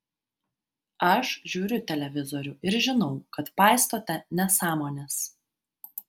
aš žiūriu televizorių ir žinau kad paistote nesąmones